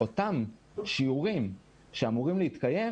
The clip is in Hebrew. אותם שיעורים שאמורים להתקיים